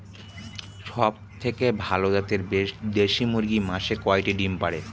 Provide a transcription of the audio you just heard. সবথেকে ভালো জাতের দেশি মুরগি মাসে কয়টি ডিম পাড়ে?